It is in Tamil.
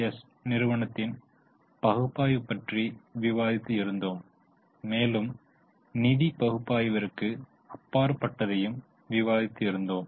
எஸ் நிறுவனத்தின் பகுப்பாய்வு பற்றி விவாதித்து இருந்தோம் மேலும் நிதி பகுப்பாய்விற்கு அப்பாற்பட்டதையும் விவாதித்து இருந்தோம்